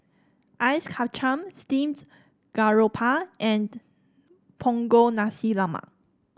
Ice Kachang Steamed Garoupa and Punggol Nasi Lemak